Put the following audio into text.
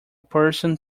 person